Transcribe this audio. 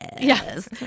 Yes